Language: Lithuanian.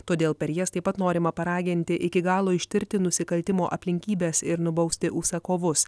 todėl per jas taip pat norima paraginti iki galo ištirti nusikaltimo aplinkybes ir nubausti užsakovus